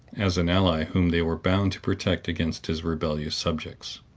as an ally whom they were bound to protect against his rebellious subjects.